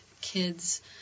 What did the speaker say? kids